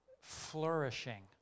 flourishing